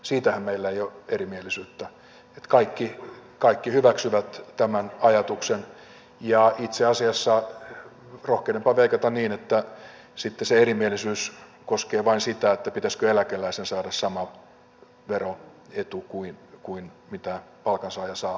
siitähän meillä ei ole erimielisyyttä kaikki hyväksyvät tämän ajatuksen ja itse asiassa rohkenenpa veikata niin että se erimielisyys koskee vain sitä pitäisikö eläkeläisen saada sama veroetu kuin mitä palkansaaja saa vai ei